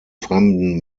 fremden